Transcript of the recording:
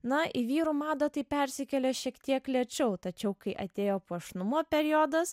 na į vyrų madą tai persikėlė šiek tiek lėčiau tačiau kai atėjo puošnumo periodas